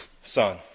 Son